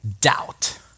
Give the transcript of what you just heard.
doubt